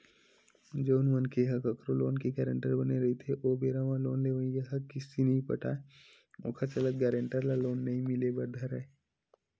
जउन मनखे ह कखरो लोन के गारंटर बने रहिथे ओ बेरा म लोन लेवइया ह किस्ती नइ पटाय ओखर चलत गारेंटर ल लोन नइ मिले बर धरय